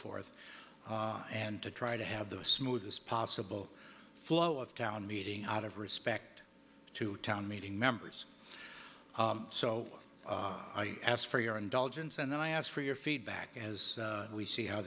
forth and to try to have the smooth as possible flow of town meeting out of respect to town meeting members so i ask for your indulgence and then i ask for your feedback as we see how